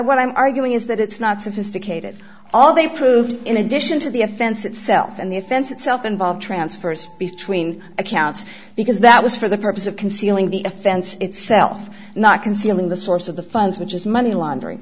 what i'm arguing is that it's not sophisticated all they proved in addition to the offense itself and the offense itself involved transfers between accounts because that was for the purpose of concealing the offense itself not concealing the source of the funds which is money laundering